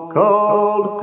cold